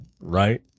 right